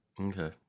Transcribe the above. Okay